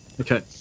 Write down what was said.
Okay